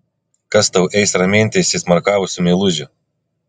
kas tau eis raminti įsismarkavusių meilužių